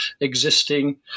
existing